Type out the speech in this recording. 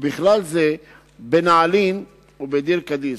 ובכלל זה בנעלין ובדיר-קדיס.